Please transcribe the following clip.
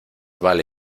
vale